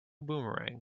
boomerang